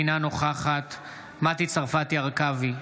אינה נוכחת מטי צרפתי הרכבי,